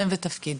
שלום.